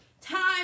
time